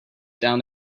down